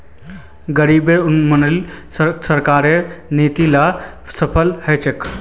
गरीबी उन्मूलनत सरकारेर नीती ला सफल ह छेक